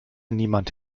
niemand